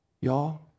Y'all